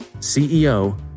CEO